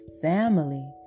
family